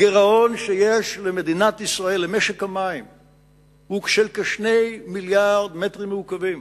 הגירעון שיש למדינת ישראל במשק המים הוא של כ-2 מיליארדי מטרים מעוקבים.